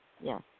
Yes